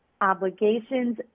obligations